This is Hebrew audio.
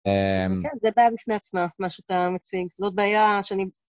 כן, זה בעיה בפני עצמה, מה שאתה מציג, זאת בעיה שאני...